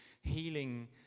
healing